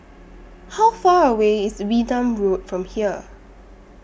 How Far away IS Wee Nam Road from here